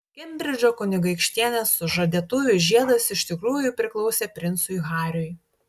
kembridžo kunigaikštienės sužadėtuvių žiedas iš tikrųjų priklausė princui hariui